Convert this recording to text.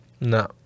no